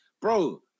Bro